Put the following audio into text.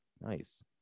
Nice